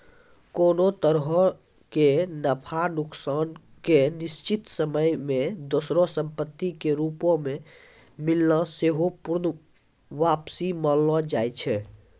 कोनो तरहो के नफा नुकसान के निश्चित समय मे दोसरो संपत्ति के रूपो मे मिलना सेहो पूर्ण वापसी मानलो जाय छै